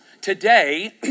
today